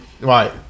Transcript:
Right